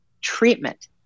treatment